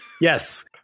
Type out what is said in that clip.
Yes